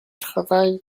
travail